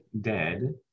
dead